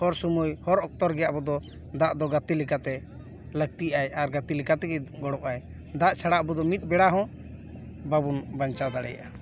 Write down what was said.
ᱦᱚᱨ ᱥᱚᱢᱚᱭ ᱦᱚᱨ ᱚᱠᱛᱚ ᱨᱮᱜᱮ ᱟᱵᱚ ᱫᱚ ᱫᱟᱜ ᱫᱚ ᱜᱟᱛᱮ ᱞᱮᱠᱟᱛᱮ ᱞᱟᱹᱠᱛᱤᱜ ᱟᱭ ᱟᱨ ᱜᱟᱛᱮ ᱞᱮᱠᱟ ᱛᱮᱜᱮᱭ ᱜᱚᱲᱚᱜ ᱟᱡ ᱫᱟᱜ ᱫᱟᱜ ᱪᱷᱟᱲᱟ ᱟᱵᱚ ᱫᱚ ᱢᱤᱫ ᱵᱮᱲᱟ ᱦᱚᱸ ᱵᱟᱵᱚᱱ ᱵᱟᱧᱪᱟᱣ ᱫᱟᱲᱮᱭᱟᱜᱼᱟ